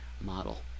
model